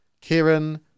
Kieran